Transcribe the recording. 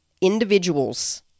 individuals